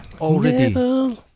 already